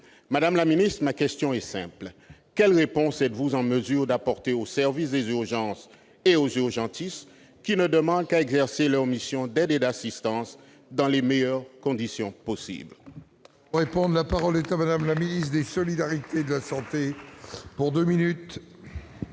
Madame la ministre, ma question est simple : quelles réponses êtes-vous en mesure d'apporter aux services des urgences et aux urgentistes, qui ne demandent qu'à exercer leur mission d'aide et d'assistance dans les meilleures conditions possible ? La parole est à Mme la ministre des solidarités et de la santé. Merci, monsieur